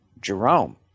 Jerome